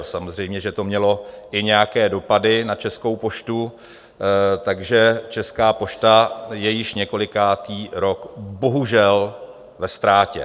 Samozřejmě že to mělo i nějaké dopady na Českou poštu, takže Česká pošta je již několikátý rok bohužel ve ztrátě.